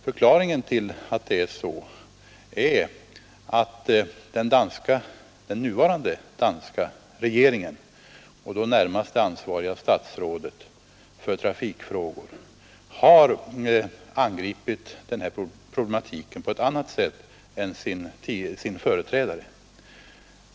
Förklaringen är att den nuvarande danska regeringen, och då närmast det ansvariga statsrådet när det gäller trafikfrågor, har angripit denna problematik på ett annat sätt än sina föregångare.